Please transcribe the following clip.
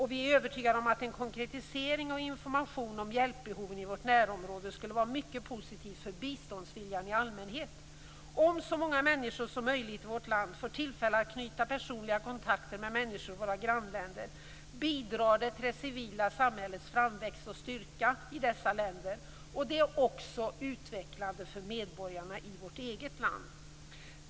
Vi är övertygade om att en konkretisering och information om hjälpbehoven i vårt närområde skulle vara mycket positivt för biståndsviljan i allmänhet. Om så många människor som möjligt i vårt land får tillfälle att knyta personliga kontakter med människor i våra grannländer, bidrar det till det civila samhällets framväxt och styrka i dessa länder. Det är också utvecklande för medborgarna i vårt eget land.